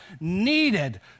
needed